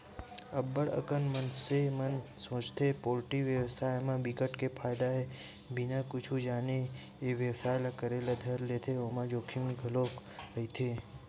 अब्ब्ड़ अकन मनसे मन सोचथे पोल्टी बेवसाय म बिकट के फायदा हे बिना कुछु जाने ए बेवसाय ल करे ल धर लेथे ओमा जोखिम घलोक रहिथे